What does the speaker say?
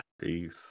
Peace